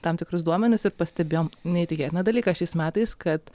tam tikrus duomenis ir pastebėjom neįtikėtiną dalyką šiais metais kad